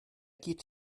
geht